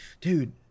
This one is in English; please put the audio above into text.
dude